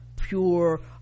pure